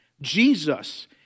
Jesus